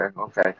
okay